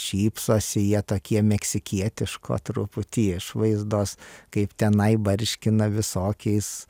šypsosi jie tokie meksikietiško truputį išvaizdos kaip tenai barškina visokiais